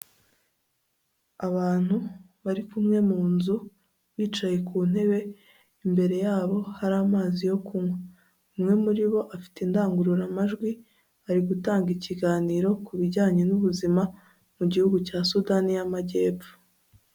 Abantu bari kumwe mu nzu, bicaye ku ntebe, imbere yabo hari amazi yo kunywa. Umwe muri bo afite indangururamajwi, ari gutanga ikiganiro ku bijyanye n'ubuzima, mu gihugu cya sudani y'amajyepfo.